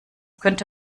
könnte